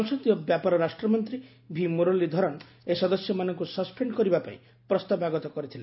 ସଂସଦୀୟ ବ୍ୟାପାର ରାଷ୍ଟ୍ମନ୍ତ୍ରୀ ଭିମୁରଲୀଧରନ୍ ଏହି ସଦସ୍ୟମାନଙ୍କୁ ସସ୍ପେଶ୍ଡ କରିବା ପାଇଁ ପ୍ରସ୍ତାବ ଆଗତ କରିଥିଲେ